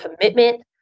commitment